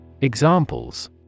Examples